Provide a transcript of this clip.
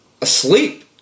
asleep